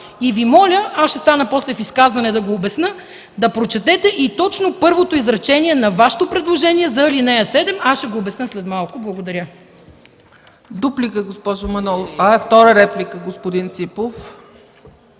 и Ви моля, аз ще стана после в изказване да го обясня, да прочетете точно първото изречение на Вашето предложение за ал. 7, ще го обясня след малко. Благодаря. ПРЕДСЕДАТЕЛ ЦЕЦКА ЦАЧЕВА: Втора реплика – господин Ципов.